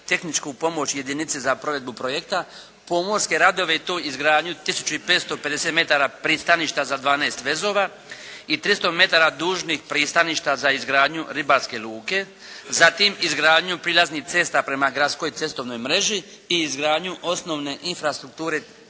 tehničku pomoć jedinice za provedbu projekta, pomorske radove i to izgradnju tisuću i 550 metara pristaništa za 12 vezova i 300 metara dužnih pristaništa za izgradnju ribarske luke, zatim izgradnju prilaznih cesta prema gradskoj cestovnoj mreži i izgradnju osnovne infrastrukture